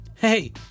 Hey